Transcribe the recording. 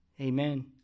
Amen